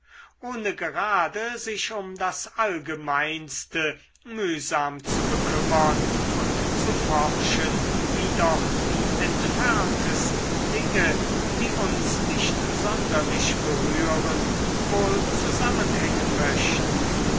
ohne gerade sich um das allgemeinste mühsam zu bekümmern und zu forschen wie doch die entferntesten dinge die uns nicht sonderlich berühren wohl zusammenhangen möchten